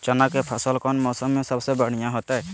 चना के फसल कौन मौसम में सबसे बढ़िया होतय?